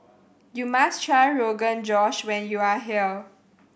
you must try Rogan Josh when you are here